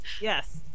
Yes